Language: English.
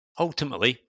Ultimately